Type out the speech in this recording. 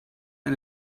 and